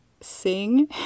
sing